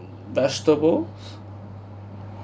vegetables